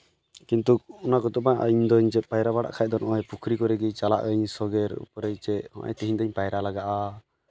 ᱠᱤᱱᱛᱩ ᱚᱱᱟ ᱠᱚᱫᱚ ᱵᱟᱝ ᱤᱧᱫᱚᱧ ᱯᱟᱭᱨᱟ ᱵᱟᱲᱟᱜ ᱠᱷᱟᱱ ᱫᱚ ᱱᱚᱜᱼᱚᱸᱭ ᱯᱩᱠᱷᱨᱤ ᱠᱚᱨᱮ ᱜᱮ ᱪᱟᱞᱟᱜ ᱟᱹᱧ ᱱᱚᱜᱼᱚᱸᱭ ᱛᱮᱦᱮᱧ ᱫᱚᱧ ᱯᱟᱭᱨᱟᱜ ᱞᱟᱜᱟᱜᱼᱟ